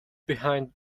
behind